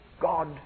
God